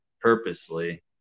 purposely